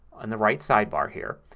on the right sidebar here,